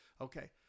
okay